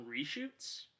reshoots